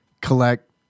collect